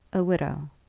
a widow.